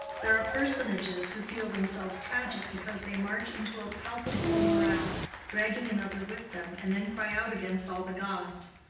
there are personages who feel themselves tragic because they march into a palpable morass, dragging another with them, and then cry out against all the gods.